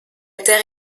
terre